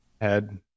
head